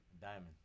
Diamond